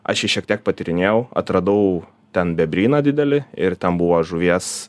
aš jį šiek tiek patyrinėjau atradau ten bebryną didelį ir ten buvo žuvies